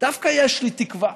דווקא יש לי תקווה.